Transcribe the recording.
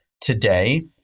today